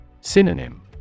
Synonym